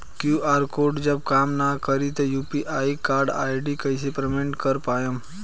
QR code जब काम ना करी त यू.पी.आई आई.डी से कइसे पेमेंट कर पाएम?